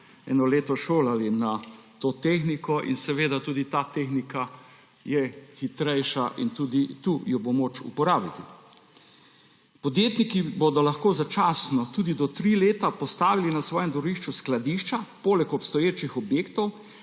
eno leto šolali s to tehniko. In seveda, ta tehnika je hitrejša in tudi tu jo bo moč uporabiti. Podjetniki bodo lahko začasno, tudi do tri leta, postavili na svojem dvorišču skladišča poleg obstoječih objektov